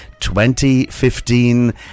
2015